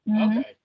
Okay